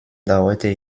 dauerte